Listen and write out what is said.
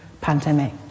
pandemic